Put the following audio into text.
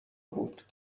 بود